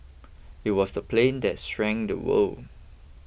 it was the plane that shrank the world